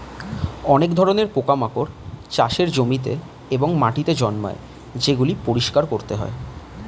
অনেক ধরণের পোকামাকড় চাষের জমিতে এবং মাটিতে জন্মায় যেগুলি পরিষ্কার করতে হয়